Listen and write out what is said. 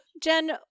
Jen